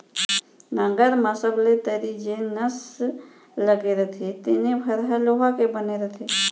नंगर म सबले तरी जेन नस लगे रथे तेने भर ह लोहा के बने रथे